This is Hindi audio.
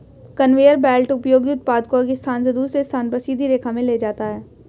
कन्वेयर बेल्ट उपयोगी उत्पाद को एक स्थान से दूसरे स्थान पर सीधी रेखा में ले जाता है